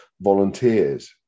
volunteers